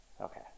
Okay